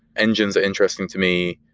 engines are interesting to me.